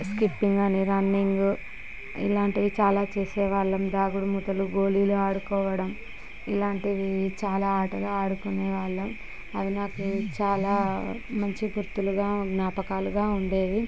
skipping అని running ఇలాంటివి చాలా చేసే వాళ్ళం దాగుడుమూతలు గోళీలు ఆడుకోవడం ఇలాంటివి చాలా ఆటలు ఆడుకునే వాళ్ళం అవి నాకు మంచి గుర్తులుగా జ్ఞాపకాలుగా ఉండేవి